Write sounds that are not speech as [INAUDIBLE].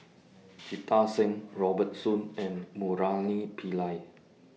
[NOISE] Jita Singh Robert Soon and Murali Pillai